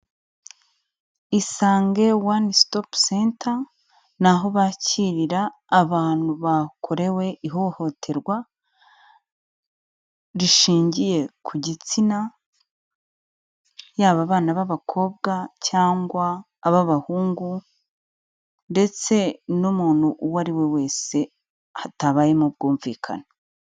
Isange One Stop Center, ni aho bakirira abantu bakorewe ihohoterwa rishingiye ku gitsina, yaba abana b'abakobwa cyangwa ab'abahungu ndetse n'umuntu uwo ari we wese hatabayemo ubwumvikane.